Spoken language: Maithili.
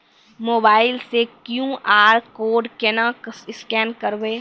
मोबाइल से क्यू.आर कोड केना स्कैन करबै?